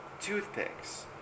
toothpicks